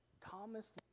Thomas